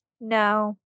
No